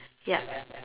yup